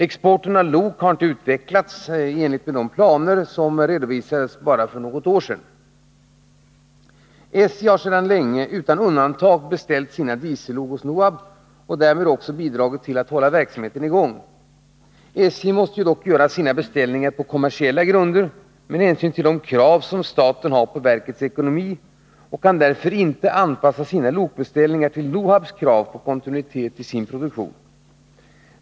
Exporten av lok har inte utvecklats i enlighet med de planer som redovisades för bara något år sedan. SJ har sedan länge utan undantag beställt sina diesellok hos NOHAB och därmed också bidragit till att hålla verksamheten i gång. SJ måste dock göra sina beställningar på kommersiella grunder med hänsyn till de krav som staten har på verkets ekonomi och kan därför inte anpassa sina lokbeställningar till NOHAB:s krav på kontinuitet i dess produktion.